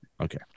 Okay